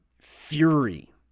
fury